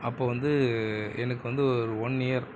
அப்போது வந்து எனக்கு வந்து ஒரு ஒன் இயர்